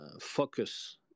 focus